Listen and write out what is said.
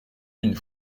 une